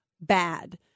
bad